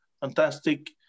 fantastic